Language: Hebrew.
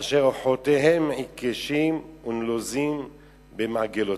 אשר ארחתיהם עקשים ונלוזים במעגלותם"